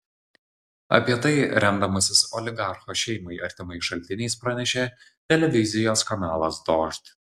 apie tai remdamasis oligarcho šeimai artimais šaltiniais pranešė televizijos kanalas dožd